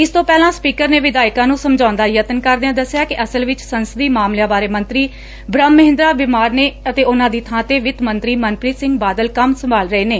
ਇਸ ਤੋਂ ਪਹਿਲਾਂ ਸਪੀਕਰ ਨੇ ਵਿਧਾਇਕਾਂ ਨੂੰ ਸਮਝਾਉਣ ਦਾ ਯਤਨ ਕਰਦਿਆਂ ਦੱਸਿਆ ਕਿ ਅਸਲ ਵਿਚ ਸੰਸਦੀ ਮਾਮਲਿਆਂ ਬਾਰੇ ਮੰਤਰੀ ਬੁਹਮ ਮਹਿੰਦਰਾ ਬਿਮਾਰ ਨੇ ਅਤੇ ਉਨਾਂ ਦੀ ਬਾਂ ਤੇ ਵਿੱਤ ਮੰਤਰੀ ਮਨਪ੍ਰੀਤ ਸਿੰਘ ਬਾਦਲ ਕੰਮ ਸੰਭਾਲ ਰਹੇ ਨੇ